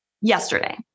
yesterday